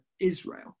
Israel